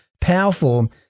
powerful